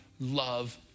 love